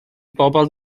bobol